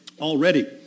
already